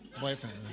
boyfriend